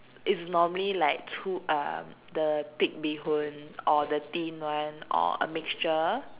it's normally like through um the thick bee-hoon or the thin one or a mixture